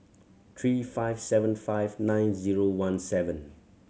three five seven five nine zero one seven